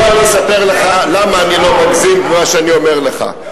בוא אני אספר לך למה אני לא מגזים במה שאני אומר לך.